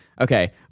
okay